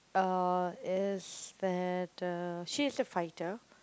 uh is better she's a fighter